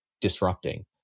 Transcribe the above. disrupting